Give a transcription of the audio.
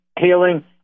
healing